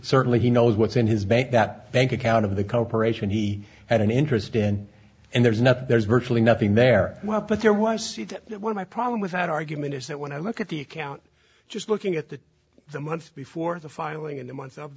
certainly he knows what's in his bank that bank account of the come parade and he had an interest in and there's nothing there's virtually nothing there but there was no one my problem with that argument is that when i look at the account just looking at the the month before the filing in the mon